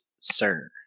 sir